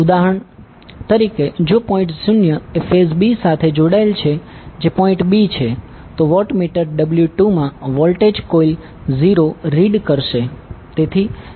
ઉદાહરણ તરીકે જો પોઇન્ટ o એ ફેઝ b સાથે જોડાયેલ છે જે પોઈન્ટ b છે તો વોટમીટર W2 માં વોલ્ટેજ કોઇલ 0 રીડ કરશે